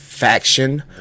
Faction